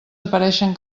apareixen